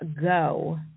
go